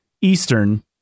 Eastern